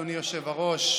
אדוני היושב-ראש.